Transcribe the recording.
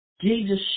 jesus